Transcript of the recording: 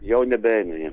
jau nebeeina jie